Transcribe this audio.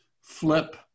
flip